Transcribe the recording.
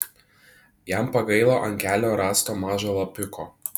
jam pagailo ant kelio rasto mažo lapiuko